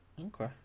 Okay